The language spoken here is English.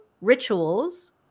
rituals